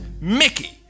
mickey